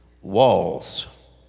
Walls